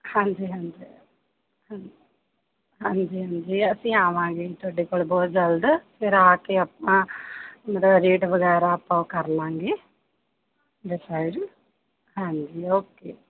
ਹਾਂਜੀ ਹਾਂਜੀ ਹਾਂ ਹਾਂਜੀ ਹਾਂਜੀ ਅਸੀਂ ਆਵਾਂਗੇ ਤੁਹਾਡੇ ਕੋਲ ਬਹੁਤ ਜਲਦ ਫਿਰ ਆ ਕੇ ਆਪਾਂ ਮਤਲਬ ਰੇਟ ਵਗੈਰਾ ਆਪਾਂ ਉਹ ਕਰਲਾਂਗੇ ਡਿਸਾਇਡ ਹਾਂਜੀ ਓਕੇ